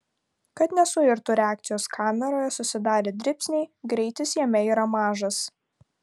kad nesuirtų reakcijos kameroje susidarę dribsniai greitis jame yra mažas